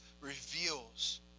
reveals